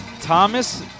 Thomas